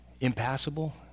impassable